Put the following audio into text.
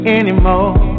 anymore